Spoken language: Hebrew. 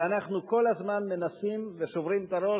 ואנחנו כל הזמן מנסים ושוברים את הראש,